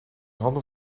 handen